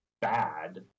bad